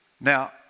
Now